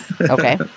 Okay